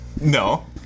No